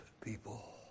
people